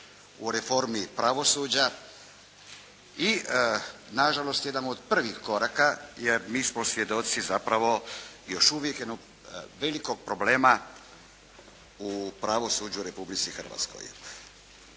u reformi pravosuđa i na žalost jedan od prvih koraka, jer mi smo svjedoci zapravo još uvijek jednog velikog problema u pravosuđu u Republici Hrvatskoj.